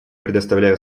предоставляю